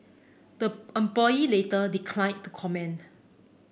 the employee later declined to comment